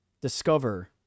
discover